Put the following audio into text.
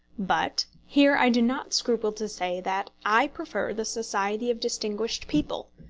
but here i do not scruple to say that i prefer the society of distinguished people,